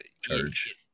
charge